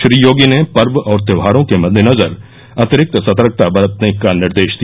श्री योगी ने पर्व और त्योहारों के मद्देनजर अतिरिक्त सतर्कता बरतने का निर्देश दिया